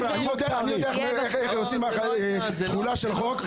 אני יודע איך עושים תחולה של חוק.